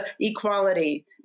equality